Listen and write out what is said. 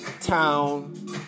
town